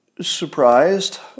surprised